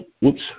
whoops